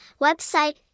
Website